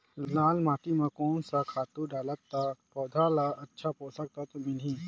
लाल माटी मां कोन सा खातु डालब ता पौध ला अच्छा पोषक तत्व मिलही?